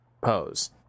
pose